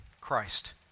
Christ